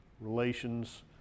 relations